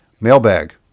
Mailbag